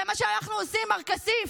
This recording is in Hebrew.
זה מה שאנחנו עושים, מר כסיף?